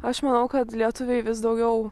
aš manau kad lietuviai vis daugiau